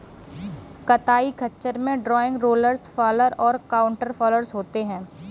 कताई खच्चर में ड्रॉइंग, रोलर्स फॉलर और काउंटर फॉलर होते हैं